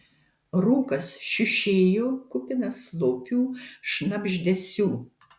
rūkas šiušėjo kupinas slopių šnabždesių